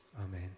Amen